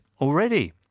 already